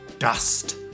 dust